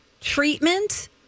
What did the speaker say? treatment